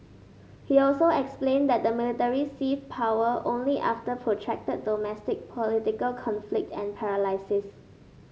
he also explained that the military seized power only after protracted domestic political conflict and paralysis